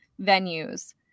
venues